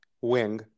wing